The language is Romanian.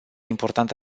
important